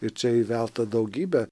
ir čia įvelta daugybė